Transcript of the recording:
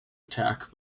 attack